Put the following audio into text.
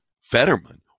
Fetterman